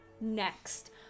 next